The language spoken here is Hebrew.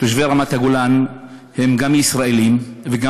תושבי רמת-הגולן הם גם ישראלים וגם